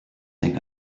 think